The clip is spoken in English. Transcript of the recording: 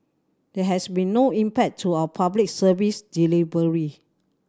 there has been no impact to our Public Service delivery